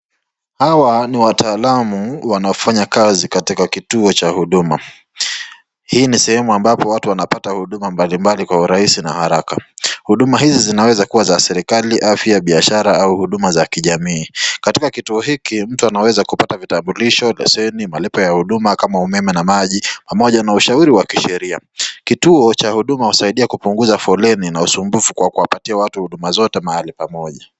Hawa ni wataalamu wanaofanya kazi katika kituo cha huduma. Hii ni sehemu ambapo watu wanapata huduma mbali mbali kwa urahisi na haraka. Huduma hizi zinaeza kua za serikali, afya, biashara au huduma za kijamii. Katika kituo hiki mtu anaweza kupata vitambulisho, leseni, malipo ya huduma kama umeme na maji pamoja na ushauri wa kisheria. Kituo cha huduma husaidia kupunguza foleni na usumbufu kwa kuwapatia watu huduma zote mahali pamoja